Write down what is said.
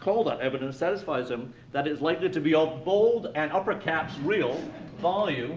call that evidence satisfies him that it's likely to be of bold and upper caps real value,